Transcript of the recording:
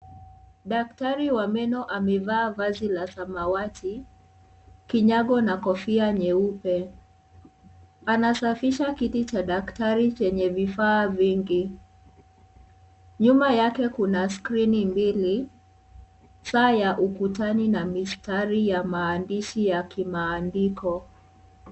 Daktari wa Meno amevaa basi la samawati ,kinyago na kofia nyeupe. Anasafisha kiti cha daktari chenye vifaa vingi, nyuma yake kuna skrini mbili, Saa ya ukutani na mistari ya maandishi kimaandikk